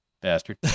bastard